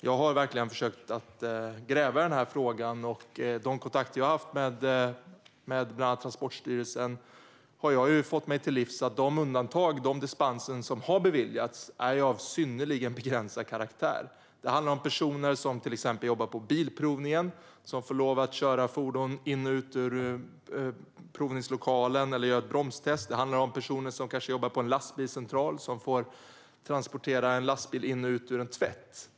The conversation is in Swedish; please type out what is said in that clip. Jag har verkligen försökt gräva i den här frågan. Genom de kontakter jag har haft med bland annat Transportstyrelsen har jag fått mig till livs att de dispenser som har beviljats är av synnerligen begränsad karaktär. Det handlar om personer som till exempel jobbar på bilprovning och får lov att köra fordon in och ut ur provningslokalen eller göra ett bromstest. Det handlar om personer som jobbar på en lastbilscentral och får transportera en lastbil in och ut ur en tvätt.